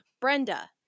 brenda